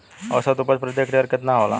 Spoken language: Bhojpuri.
औसत उपज प्रति हेक्टेयर केतना होला?